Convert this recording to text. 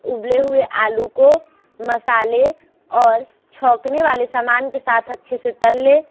उबले हुए आलू को मसाले और छौंकने वाले सामान के साथ अच्छे से तल लें